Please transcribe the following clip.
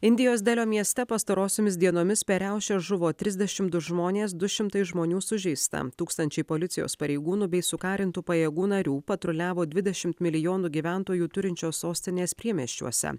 indijos delio mieste pastarosiomis dienomis per riaušes žuvo trisdešimt du žmonės du šimtai žmonių sužeista tūkstančiai policijos pareigūnų bei sukarintų pajėgų narių patruliavo dvidešimt milijonų gyventojų turinčios sostinės priemiesčiuose